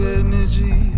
energy